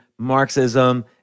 marxism